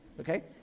Okay